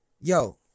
yo